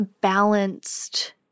balanced